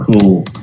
Cool